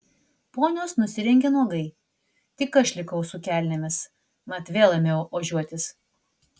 ponios nusirengė nuogai tik aš likau su kelnėmis mat vėl ėmiau ožiuotis